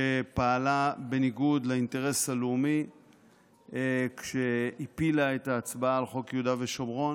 שפעלה בניגוד לאינטרס הלאומי כשהפילה את ההצבעה על חוק יהודה ושומרון.